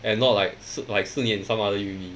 and not like 四 like 四年 some other uni